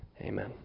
amen